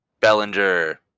Bellinger